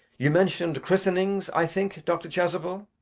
you mentioned christenings i think, dr. chasuble?